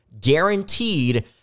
guaranteed